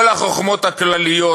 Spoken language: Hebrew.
כל החוכמות הכלליות